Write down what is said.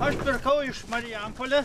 aš pirkau iš marijampolė